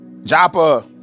Joppa